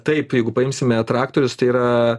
taip jeigu paimsime traktorius tai yra